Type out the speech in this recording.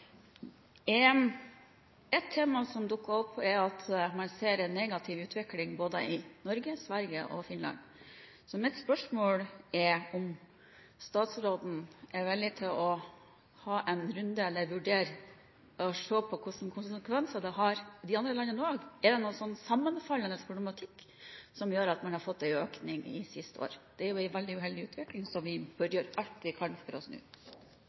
tema. Ett tema som dukket opp, er at man ser en negativ utvikling i både Norge, Sverige og Finland. Mitt spørsmål er om statsråden er villig til å se på hvilke konsekvenser dette har også i de andre landene. Er det en sammenfallende problematikk som gjør at man har fått en økning det siste året? Dette er jo en veldig uheldig utvikling, som vi bør gjøre alt vi kan for